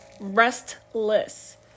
Restless